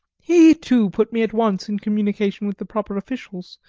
he, too, put me at once in communication with the proper officials,